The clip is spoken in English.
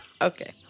Okay